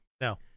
No